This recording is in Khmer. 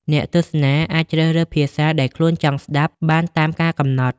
អ្នកទស្សនាអាចជ្រើសរើសភាសាដែលខ្លួនចង់ស្តាប់បានតាមការកំណត់។